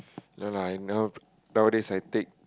no no I now nowadays I take